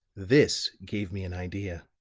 this gave me an idea.